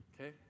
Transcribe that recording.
okay